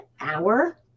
hour